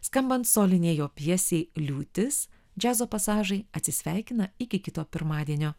skambant solinei jo pjesei liūtis džiazo pasažai atsisveikina iki kito pirmadienio